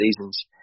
seasons